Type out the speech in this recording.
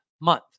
month